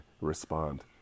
respond